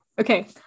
Okay